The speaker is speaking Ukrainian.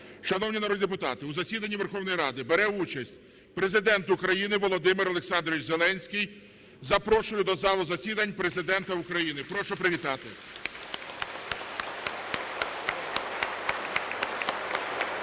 Шановні народні депутати, у засіданні Верховної Ради бере участь Президент України Володимир Олександрович Зеленський. Запрошую до залу засідань Президента України. Прошу привітати.